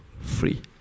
free